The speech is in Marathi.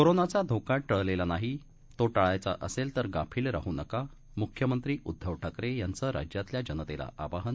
कोरोनाचाधोकाटळलेला नाही तो टाळायचा असेल तर गाफील ऱाहू नका मुख्यमंत्रीउद्दवठाकरेयांचं राज्यातल्या जनतेला आवाहन